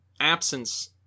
absence